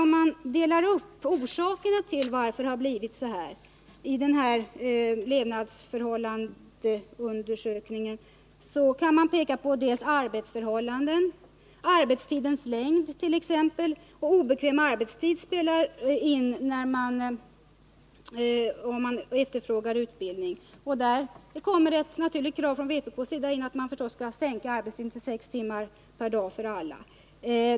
Om man ser på orsakerna till att det har blivit så som undersökningen om levnadsförhållandena visar, kan man peka på att arbetsförhållanden, arbetstidens längd och obekväm arbetstid spelar en roll vid efterfrågan på utbildning. Här kommer vpk med det naturliga kravet att man givetvis skall förkorta arbetstidens längd till sex timmar per dag för alla.